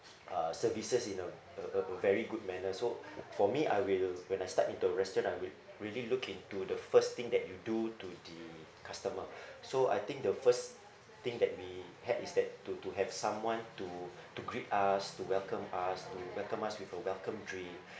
uh services in a a a a very good manner so for me I will when I stepped into a restaurant I will really look into the first thing that you do to the with customer so I think the first thing that we had is that to to have someone to to greet us to welcome us to welcome with a welcome dream